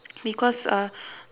because uh